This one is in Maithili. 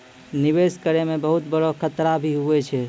निवेश करै मे बहुत बड़ो खतरा भी हुवै छै